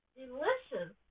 delicious